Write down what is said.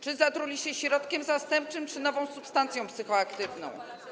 Czy zatruły się środkiem zastępczym czy nową substancją psychoaktywną?